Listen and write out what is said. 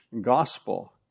gospel